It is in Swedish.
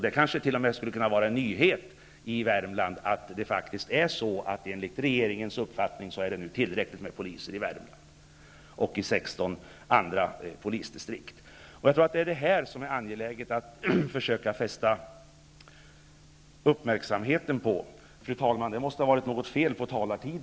Det skulle t.o.m. kunna vara en nyhet i Värmland att det faktiskt enligt regeringens uppfattning är tillräckligt med poliser i Värmland och i 16 andra polisdistrikt.